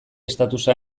estatusa